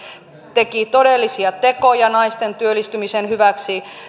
teki todellisia tekoja naisten työllistymisen hyväksi